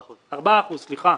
4%. 4%, סליחה,